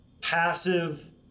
passive